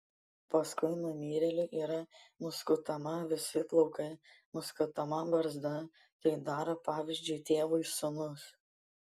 paskui numirėliui yra nuskutama visi plaukai nuskutama barzda tai daro pavyzdžiui tėvui sūnus